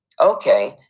Okay